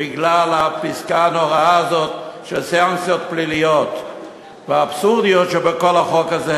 בגלל הפסקה הנוראה הזאת של סנקציות פליליות ואבסורדיות שבכל החוק הזה,